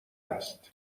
است